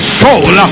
soul